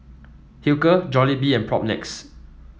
Hilker Jollibee and Propnex